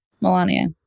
Melania